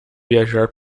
viajar